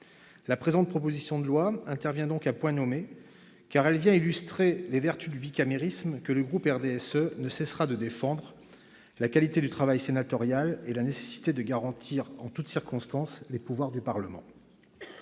La présente proposition de loi intervient donc à point nommé, car elle vient illustrer les vertus du bicamérisme, que le groupe du RDSE ne cessera de défendre, la qualité du travail sénatorial et la nécessité de garantir en toutes circonstances les pouvoirs du Parlement.